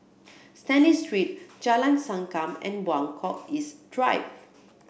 Stanley Street Jalan Sankam and Buangkok East Drive